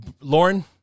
Lauren